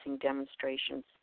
demonstrations